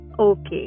Okay